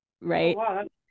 Right